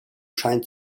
scheint